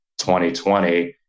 2020